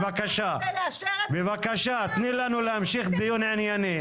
-- בבקשה, תני לנו להמשיך דיון ענייני.